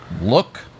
look